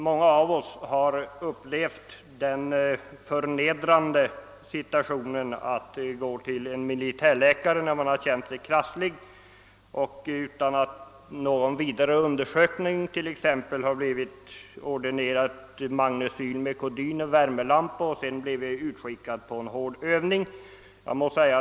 Många av oss har upplevt den förnedrande situationen att gå till en militärläkare när man har känt sig krasslig och utan någon vidare undersökning t.ex. ha blivit ordinerad magnecyl med kodein och värmelampa och därefter blivit utskickad på en hård övning.